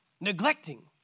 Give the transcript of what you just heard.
neglecting